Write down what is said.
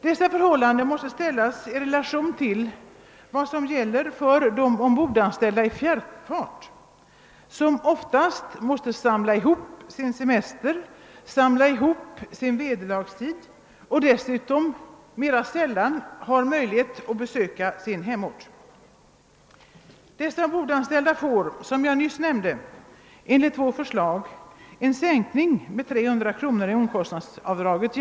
Dessa förhålllanden måste ses i relation till vad som gäller för de ombordanställda i fjärrfart, vilka oftast måste samla ihop sin semester och sin vederlagstid och vilka dessutom mera sällan har möjlighet att besöka sin hemort. De får, som jag nyss nämnde, enligt vårt förslag en sänkning av omkostnadsavdraget med 300 kr.